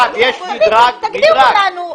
תגדירו לנו.